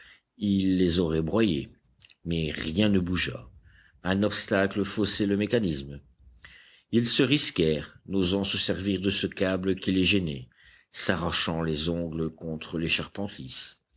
il les aurait broyés mais rien ne bougea un obstacle faussait le mécanisme ils se risquèrent n'osant se servir de ce câble qui les gênait s'arrachant les ongles contre les